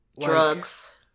drugs